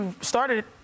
started